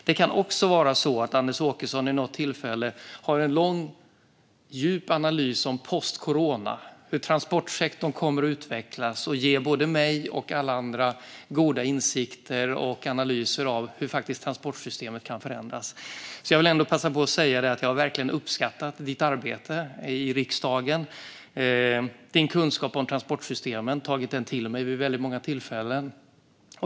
Det kan också vara så att Anders Åkesson vid något tillfälle har en lång, djup analys om "post corona" och om hur transportsektorn kommer att utvecklas och då ge både mig och alla andra goda insikter och analyser av hur transportsystemet faktiskt kan förändras. Jag vill passa på att säga att jag verkligen har uppskattat ditt arbete i riksdagen och din kunskap om transportsystemen. Jag har tagit den till mig vid väldigt många tillfällen.